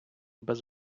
без